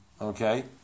Okay